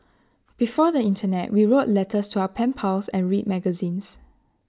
before the Internet we wrote letters to our pen pals and read magazines